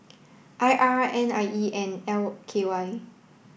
I R N I E and L K Y